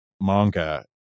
manga